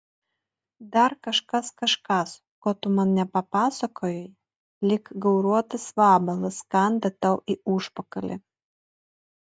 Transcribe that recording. dar kažkas kažkas ko tu man nepapasakojai lyg gauruotas vabalas kanda tau į užpakalį